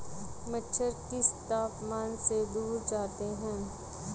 मच्छर किस तापमान से दूर जाते हैं?